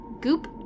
goop